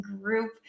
group